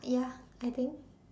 ya I think